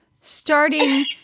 starting